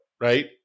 Right